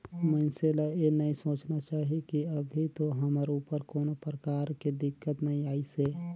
मइनसे ल ये नई सोचना चाही की अभी तो हमर ऊपर कोनो परकार के दिक्कत नइ आइसे